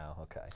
okay